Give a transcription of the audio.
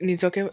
নিজকে